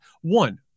One